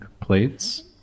plates